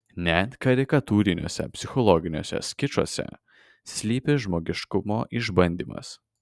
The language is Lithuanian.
net karikatūriniuose psichologiniuose škicuose slypi žmogiškumo išbandymas